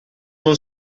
non